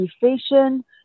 efficient